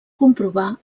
comprovar